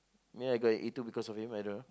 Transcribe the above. ya I got a A two because of him either